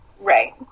Right